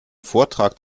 vortrag